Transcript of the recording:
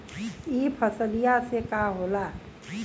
ई फसलिया से का होला?